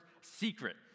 secret